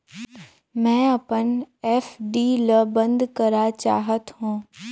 मैं अपन एफ.डी ल बंद करा चाहत हों